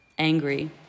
angry